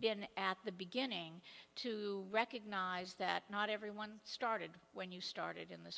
been at the beginning to recognize that not everyone started when you started in this